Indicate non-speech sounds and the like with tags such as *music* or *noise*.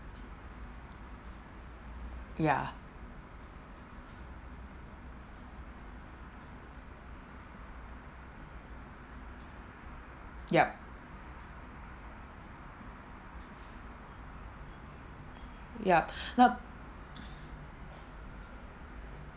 ya yup yup *breath* yup